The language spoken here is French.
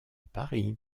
paris